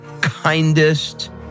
kindest